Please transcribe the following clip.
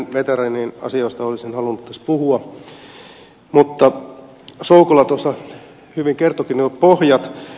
veteraanien asioista olisin halunnut tässä puhua mutta soukola tuossa hyvin kertoikin jo pohjat